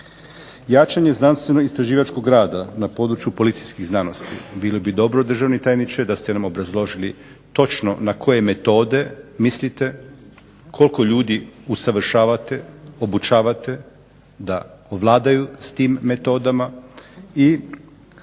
Jačanje znanstveno-istraživačkog rada na području policijskih znanosti bilo bi dobro državni tajniče da ste nam obrazložili točno na koje metode mislite, koliko ljudi usavršavate, obučavate, da vladaju s tim metodama.